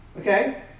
Okay